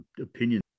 opinion